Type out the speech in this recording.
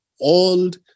old